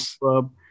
Club